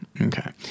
Okay